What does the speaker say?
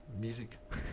music